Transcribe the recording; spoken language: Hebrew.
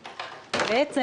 בעצם,